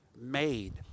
made